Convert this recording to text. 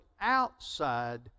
outside